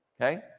Okay